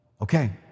Okay